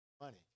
money